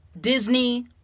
Disney